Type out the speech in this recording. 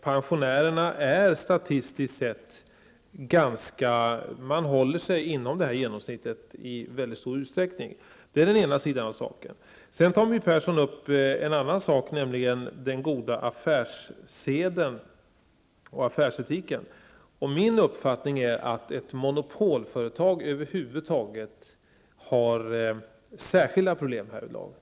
Pensionärerna håller sig i stor utsträckning statistiskt sett inom detta genomsnitt. My Persson tar även upp frågan om den goda affärssedan och den goda affärsetiken. Min uppfattning är att monopolföretag har särskilda problem härvidlag.